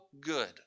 good